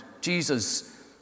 Jesus